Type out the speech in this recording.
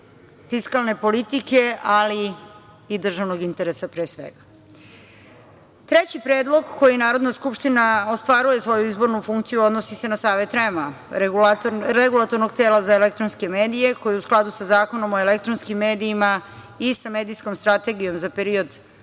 fiskalne politike, ali i državnog interesa, pre svega. Treći predlog kojim Narodna skupština ostvaruje svoju izbornu funkciju odnosi se na Savet REM-a – Regulatornog tela za elektronske medije, koji u skladu sa Zakonom o elektronskim medijima i sa medijskom strategijom za period